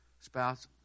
spouse